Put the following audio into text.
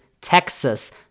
Texas